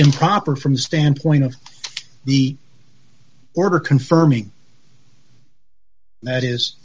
improper from the standpoint of the order confirming that is